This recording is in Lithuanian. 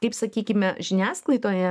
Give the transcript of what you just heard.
kaip sakykime žiniasklaidoje